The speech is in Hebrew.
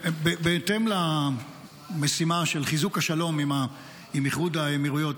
בהתאם למשימה של חיזוק השלום עם איחוד האמירויות,